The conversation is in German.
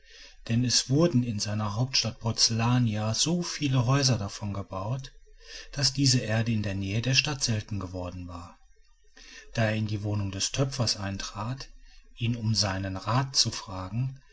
denn es wurden in seiner hauptstadt porzellania so viele häuser davon gebaut daß diese erde in der nähe der stadt selten geworden war da er in die wohnung des töpfers eintrat ihn um seinen rat zu fragen